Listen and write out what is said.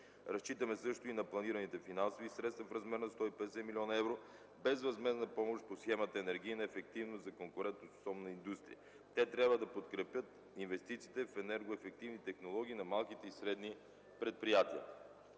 Разчитаме също на планираните финансови средства в размер на 150 млн. евро безвъзмездна помощ по схемата „Енергийна ефективност” за конкурентоспособна индустрия. Те трябва да подкрепят инвестициите в енергоефективни технологии на малките и средни предприятия.